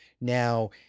now